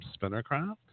Spinnercraft